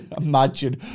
imagine